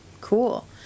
cool